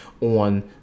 on